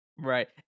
Right